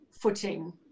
footing